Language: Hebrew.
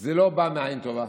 זה לא בא מעין טובה,